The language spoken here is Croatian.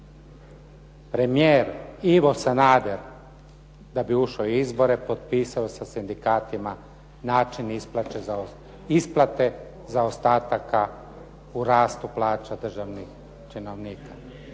Premijer Ivo Sanader, da bi ušao u izbore, potpisao je sa sindikatima način isplate zaostataka u rastu plaća državnih činovnika.